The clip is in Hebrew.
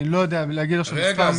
אני לא יודע להגיד עכשיו מספר מדויק.